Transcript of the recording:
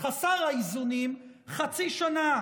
חסר האיזונים, חצי שנה